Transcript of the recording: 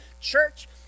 Church